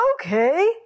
Okay